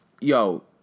yo